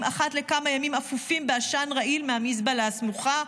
אחת לכמה ימים אפופים בעשן רעיל מהמזבלה הסמוכה,